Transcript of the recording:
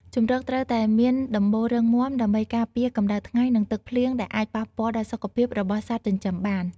ជម្រកត្រូវតែមានដំបូលរឹងមាំដើម្បីការពារកម្ដៅថ្ងៃនិងទឹកភ្លៀងដែលអាចប៉ះពាល់ដល់សុខភាពរបស់សត្វចិញ្ចឹមបាន។